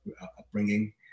upbringing